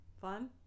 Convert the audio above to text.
Fun